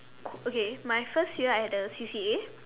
okay my first year I had A C_C_A